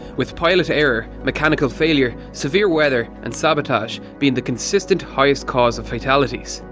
with pilot error, mechanical failure, severe weather, and sabotage being the consistent highest cause of fatalities.